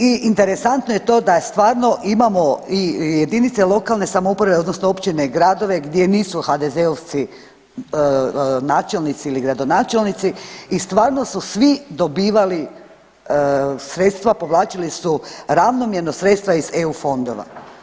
I interesantno je to da stvarno imamo i jedinice lokalne samouprave odnosno općine i gradove gdje nisu HDZ-ovci načelnici ili gradonačelnici i stvarno su svi dobivali sredstva, povlačili su ravnomjerno sredstva iz EU fondova.